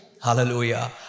Hallelujah